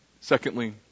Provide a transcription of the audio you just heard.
Secondly